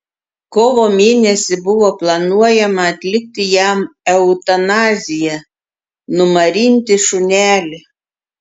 kovo mėnesį buvo planuojama atlikti jam eutanaziją numarinti šunelį